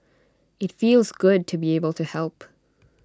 IT feels good to be able to help